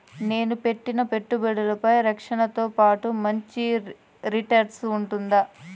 నేను పెట్టిన పెట్టుబడులపై రక్షణతో పాటు మంచి రిటర్న్స్ ఉంటుందా?